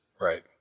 right